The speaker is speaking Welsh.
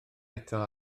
eto